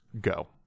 go